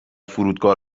فرودگاه